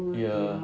ya